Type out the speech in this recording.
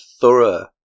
thorough